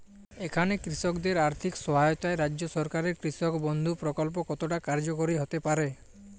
এখানে কৃষকদের আর্থিক সহায়তায় রাজ্য সরকারের কৃষক বন্ধু প্রক্ল্প কতটা কার্যকরী হতে পারে?